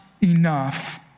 enough